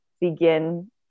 begin